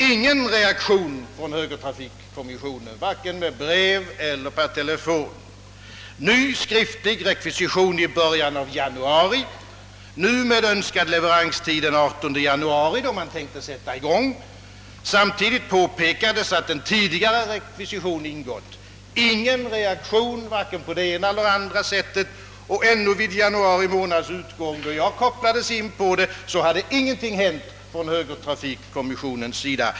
Ingen reaktion från högertrafikkommissionen, vare sig genom brev eller per telefon! Det gjordes ny skriftlig rekvisition i början av januari, nu med önskad leveranstid den 18 januari, då man tänkte sätta i gång. Samtidigt påpekades att en tidigare rekvisition avlämnats. Det föranledde ingen som helst reaktion, och ännu vid januari månads utgång — då jag kopplades in på saken — hade ingenting gjorts från hö gertrafikkommissionens sida.